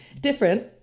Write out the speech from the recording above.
Different